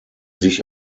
sich